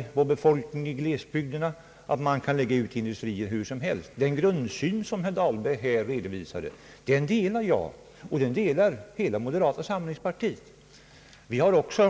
lura befolkningen i glesbygderna att man kan placera industrier hur som helst, delar jag och hela moderata samlingspartiet med herr Dahlberg.